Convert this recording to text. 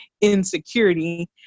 insecurity